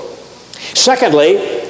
Secondly